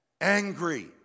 angry